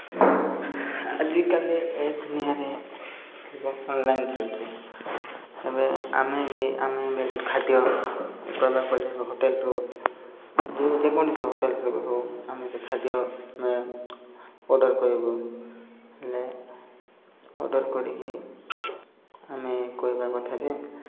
ଆଜିକାଲି ଏ ଦୁନିଆରେ ସବୁ ଅନ୍ଲାଇନ୍ ଚାଲିଛି ଏବେ ଆମେ ବି ଆମେ ଏବେ ଗୋଟେ ଖାଦ୍ୟ କହିବାକୁ ଗଲେ ହୋଟେଲ୍ରୁ ଯେଉଁ ଯେକୌସି ହୋଟେଲ୍ରେ ବି ହେଉ ଆମେ ସେ ଖାଦ୍ୟ ଆମେ ଅର୍ଡ଼ର୍ କରିବୁ ହେଲେ ଅର୍ଡ଼ର୍ କରିକି ଆମେ କହିବା କଥା ଯେ